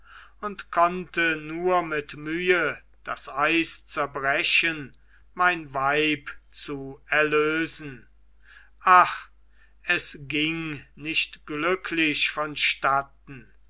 und konnte nur mit mühe das eis zerbrechen mein weib zu erlösen ach es ging nicht glücklich vonstatten